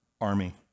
army